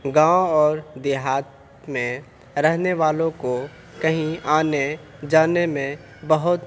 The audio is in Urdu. گاؤں اور دیہات میں رہنے والوں کو کہیں آنے جانے میں بہت